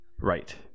Right